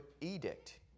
edict